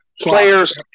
players